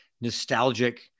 nostalgic